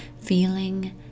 feeling